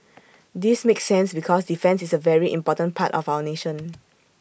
this makes sense because defence is A very important part of our nation